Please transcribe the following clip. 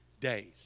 days